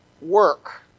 work